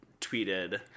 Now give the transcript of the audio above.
tweeted